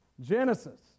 Genesis